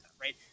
right